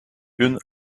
une